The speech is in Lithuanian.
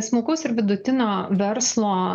smulkaus ir vidutinio verslo